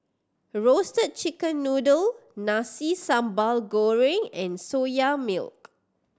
Roasted Chicken Noodle Nasi Sambal Goreng and Soya Milk